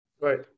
right